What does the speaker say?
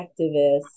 activists